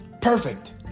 perfect